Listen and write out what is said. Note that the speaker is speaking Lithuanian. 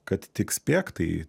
kad tik spėk tai